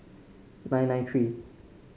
nine nine three